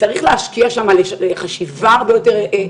צריך להשקיע שם חשיבה הרבה יותר.